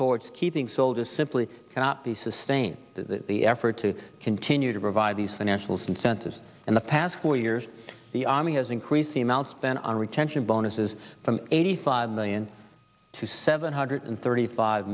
towards keeping soldiers simply cannot be sustain the effort to continue to provide these financials incentives in the past four years the army has increasing amount spent on retention bonuses from eighty five million to seven hundred thirty five